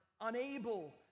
unable